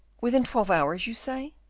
within twelve hours, you say?